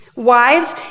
Wives